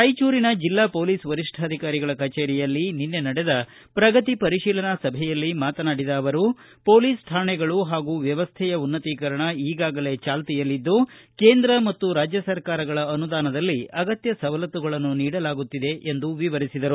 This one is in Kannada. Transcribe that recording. ರಾಯಚೂರಿನ ಜಿಲ್ಲಾ ಪೊಲೀಸ್ ವರಿಷ್ಠಾಧಿಕಾರಿಗಳ ಕಚೇರಿಯಲ್ಲಿ ನಿನ್ನೆ ನಡೆದ ಪ್ರಗತಿ ಪರಿಶೀಲನಾ ಸಭೆಯಲ್ಲಿ ಮಾತನಾಡಿದ ಅವರು ಪೊಲೀಸ್ ಠಾಣೆಗಳು ಹಾಗೂ ವ್ಯವಸ್ಥೆಯ ಉನ್ನತೀಕರಣ ಈಗಾಗಲೇ ಜಾಲ್ತಿಯಲ್ಲಿದ್ದು ಕೇಂದ್ರ ಮತ್ತು ರಾಜ್ಯ ಸರ್ಕಾರಗಳ ಅನುದಾನದಲ್ಲಿ ಅಗತ್ಯ ಸವಲತ್ತುಗಳನ್ನು ನೀಡಲಾಗುತ್ತಿದೆ ಎಂದು ವಿವರಿಸಿದರು